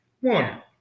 One